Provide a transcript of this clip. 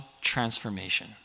transformation